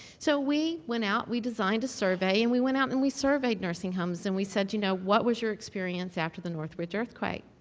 so, we went out we designed a survey and we went out and surveyed nursing homes, and we said, you know what was your experience after the northridge earthquake?